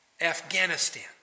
Afghanistan